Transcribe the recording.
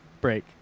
break